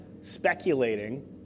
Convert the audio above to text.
speculating